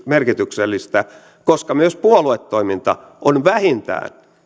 merkityksellistä koska myös puoluetoiminta on vähintään